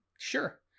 Sure